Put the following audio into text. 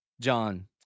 John